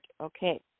Okay